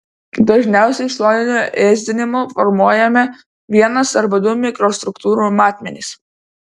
dažniausiai šoniniu ėsdinimu formuojami vienas arba du mikrostruktūrų matmenys